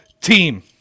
team